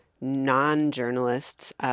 non-journalists